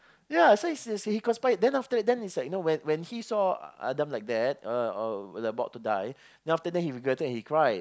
ya so he say say he conspired then after then he's like know when when he saw Adam like that about to die then after that he regretted and he cry